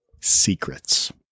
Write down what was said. secrets